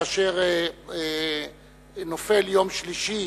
כאשר נופל יום שלישי